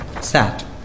sat